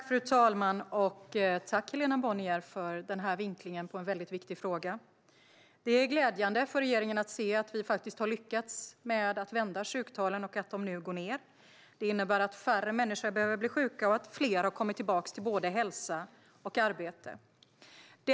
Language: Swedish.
Fru talman! Tack, Helena Bonnier, för denna vinkling på en viktig fråga! Det är glädjande för regeringen att se att vi har lyckats att vända sjuktalen och att de nu går ned. Det innebär att färre människor behöver bli sjuka och att fler har kommit tillbaka till både hälsa och arbete.